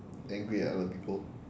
angry at other people